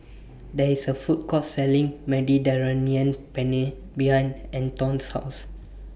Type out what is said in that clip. There IS A Food Court Selling Mediterranean Penne behind Anton's House